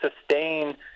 sustain